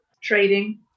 trading